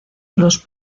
los